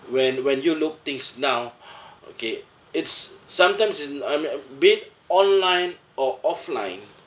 when when you look things now okay it's sometimes in I mean uh be it online or offline